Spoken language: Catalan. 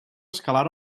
escalar